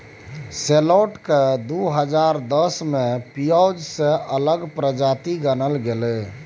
सैलोट केँ दु हजार दस मे पिओज सँ अलग प्रजाति गानल गेलै